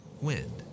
Wind